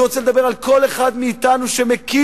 אני רוצה לדבר על כל אחד מאתנו שמכיר